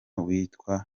witwa